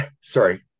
sorry